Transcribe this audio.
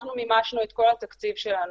אנחנו מימשנו את כל התקציב שלנו.